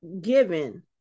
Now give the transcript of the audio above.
given